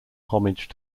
homage